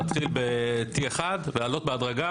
להתחיל ב-T1 ולהעלות בהדרגה.